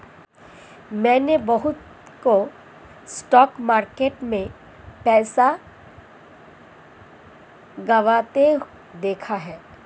मैंने बहुतों को स्टॉक मार्केट में पैसा गंवाते देखा हैं